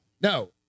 no